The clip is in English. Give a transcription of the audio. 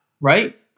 Right